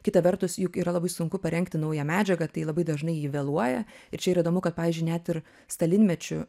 kita vertus juk yra labai sunku parengti naują medžiagą tai labai dažnai ji vėluoja ir čia ir įdomu kad pavyzdžiui net ir stalinmečiu